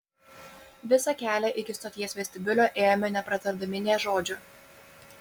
visą kelią iki stoties vestibiulio ėjome nepratardami nė žodžio